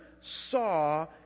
saw